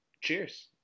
cheers